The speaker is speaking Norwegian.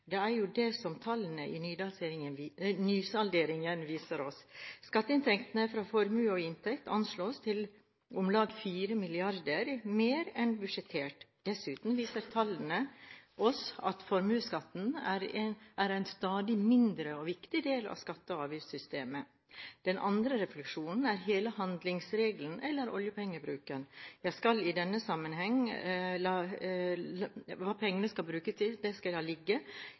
Det er jo det som tallene i nysalderingen viser oss. Skatteinntektene fra formue og inntekt anslås til om lag 4 mrd. kr mer enn budsjettert. Dessuten viser tallene oss at formuesskatten er en stadig mindre viktig del av skatte- og avgiftssystemet. Den andre refleksjonen gjelder hele handlingsregelen, eller oljepengebruken. Hva pengene skal brukes til, skal jeg i denne sammenhengen la ligge.